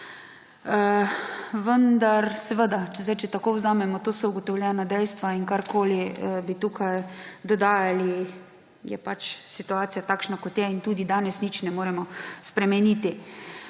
leto 2020. Če tako vzamemo, so to ugotovljena dejstva in karkoli bi tukaj dodajali, je pač situacija takšna, kot je, in tudi danes nič ne moremo spremeniti.